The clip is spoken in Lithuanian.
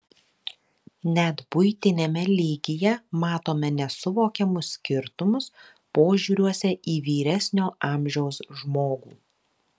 net buitiniame lygyje matome nesuvokiamus skirtumus požiūriuose į vyresnio amžiaus žmogų